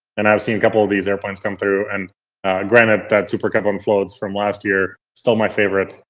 and i've seen a couple of these airplanes come through, and granted that supercab on floats from last year, still my favorite,